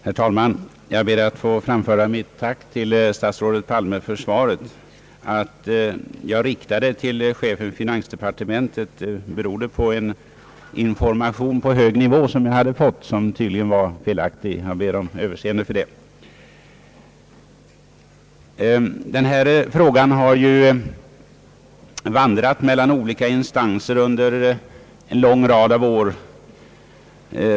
Herr talman! Jag ber att få framföra mitt tack till statsrådet Palme för svaret. Att jag riktade min fråga till chefen för finansdepartementet berodde på en information på hög nivå som jag hade fått och som tydligen var felaktig. Jag ber om överseende för det. Detta ärende har ju vandrat mellan olika instanser under en lång rad av år.